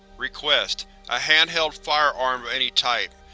request a handheld firearm of any type.